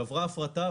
שעברה הפרטה,